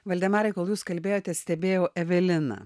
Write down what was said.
valdemarai kol jūs kalbėjote stebėjau eveliną